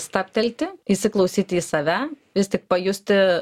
stabtelti įsiklausyti į save vis tik pajusti